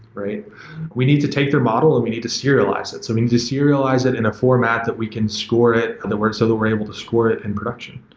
we need to take their model and we need to serialize it. so we need to serialize it in a format that we can score it, and that works, ah that we're able to score it in production.